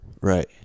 Right